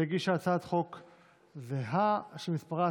שהגישה הצעת חוק זהה, שמספרה